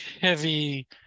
heavy